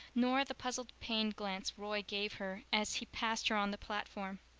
nor the puzzled pained glance roy gave her as he passed her on the platform.